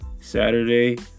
Saturday